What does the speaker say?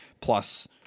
plus